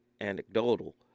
anecdotal